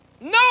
No